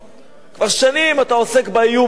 כבר שנים אתה עוסק באיום האירני.